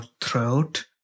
throat